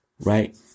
Right